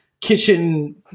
kitchen